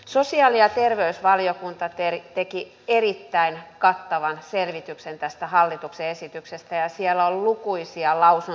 sosiaali ja terveysvaliokunta teki erittäin kattavan selvityksen tästä hallituksen esityksestä ja siellä on lukuisia lausuntoja